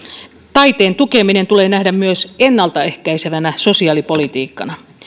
taiteen tukeminen tulee nähdä myös ennaltaehkäisevänä sosiaalipolitiikkana